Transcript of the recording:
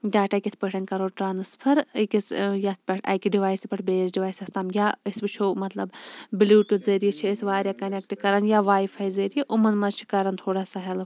data کِتھ پٲٹھۍ کَرو ٹرانسفَر أکِس یتھ پٮ۪ٹھ اَکہِ ڈِوایسہِ پٮ۪ٹھ بیٚیِس ڈِوایسَس تام یا أسۍ وٕچھو مَطلَب بلوٹُتھ ذٔریعہٕ چھِ أسۍ واریاہ کَنیٚکٹہٕ کَران یا واےفاے ذٔریعہٕ یِمَن مَنٛز چھِ کَران تھوڑا سا ہیٚلٕپ